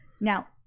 now